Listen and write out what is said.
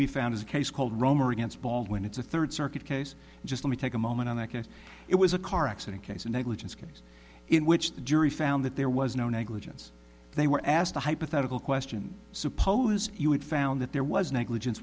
we found is a case called romer against baldwin it's a third circuit case just let me take a moment on that case it was a car accident case a negligence case in which the jury found that there was no negligence they were asked a hypothetical question suppose you had found that there was negligence